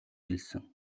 хэлсэн